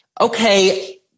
Okay